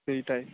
সেইটাই